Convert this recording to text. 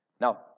Now